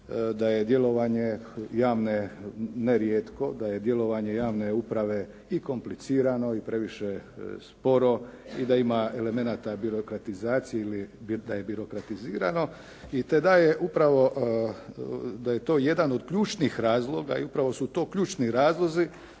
da je djelovanje javne ne rijetko, da je djelovanje javne uprave i komplicirano i previše sporo i da ima elemenata birokratizacije ili da je birokratizirano i te daje upravo da je to jedan od ključnih razloga, upravo su to ključni razlozi